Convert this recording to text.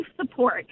support